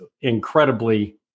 incredibly